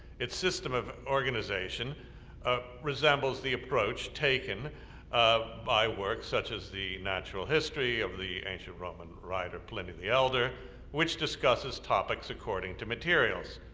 it's system of organization ah resembles the approach taken by works such as the natural history of the ancient roman writer pliny the elder which discusses topics according to materials.